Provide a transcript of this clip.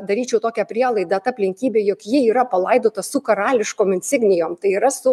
daryčiau tokią prielaidą ta aplinkybė jog ji yra palaidota su karališkom insignijom tai yra su